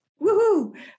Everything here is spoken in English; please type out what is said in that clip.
woohoo